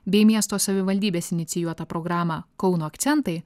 bei miesto savivaldybės inicijuotą programą kauno akcentai